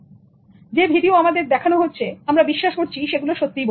সুতরাং যে ভিডিও আমাদের দেখানো হচ্ছে আমরা বিশ্বাস করছি সেগুলো সত্যি বলে